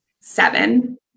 seven